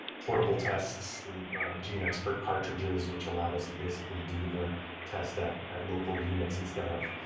portable tests, the genexpert cartridges, which allowed us to basically do the test at at local units instead of